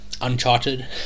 Uncharted